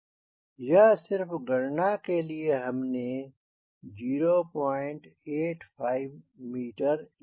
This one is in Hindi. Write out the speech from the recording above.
यह सिर्फ गणना के लिए ही हमने 085 मीटर लिया है